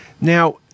Now